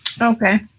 Okay